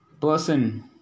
person